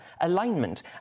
alignment